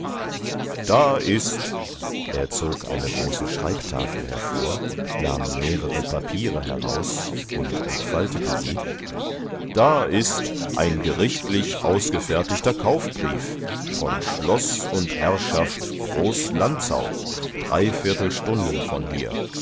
da ist er zog eine große schreibtafel hervor nahm mehrere papiere heraus und entfaltete sie da ist ein gerichtlich ausgefertigter kaufbrief von schloß und herrschaft groß lanzau drei viertelstunden von hier